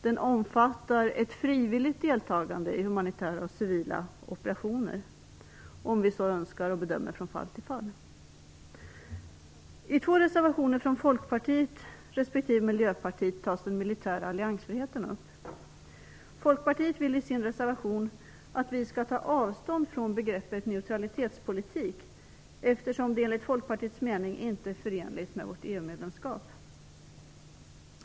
Den omfattar ett frivilligt deltagande i humanitära och civila operationer, om vi så önskar efter bedömning från fall till fall. Miljöpartiet tas den militära alliansfriheten upp. Folkpartiet vill i sin reservation att vi skall ta avstånd från begreppet neutralitetspolitik, eftersom den enligt Folkpartiets mening inte är förenlig med vårt EU medlemskap.